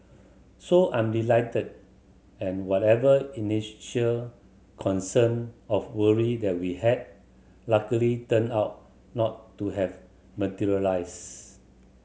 so I'm delighted and whatever initial concern of worry that we had luckily turned out not to have materialise